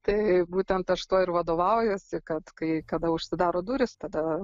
tai būtent aš tuo ir vadovaujuosi kad kai kada užsidaro durys tada